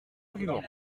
argument